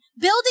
building